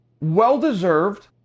well-deserved